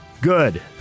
Good